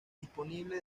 disponible